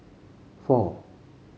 four